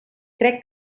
crec